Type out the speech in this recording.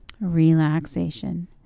relaxation